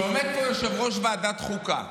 יושב-ראש ועדת חוקה